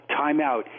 timeout